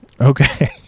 Okay